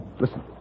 listen